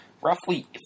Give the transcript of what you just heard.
Roughly